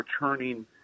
returning